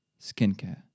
skincare